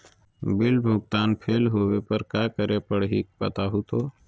Bill भुगतान fail होवे पर का करै परही, बताहु हो?